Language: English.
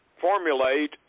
formulate